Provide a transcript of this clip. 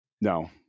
No